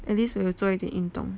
at least 我有做一点运动